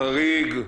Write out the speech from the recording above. חריג,